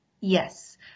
Yes